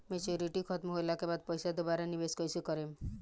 Maturity खतम होला के बाद पईसा दोबारा निवेश कइसे करेम?